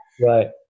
right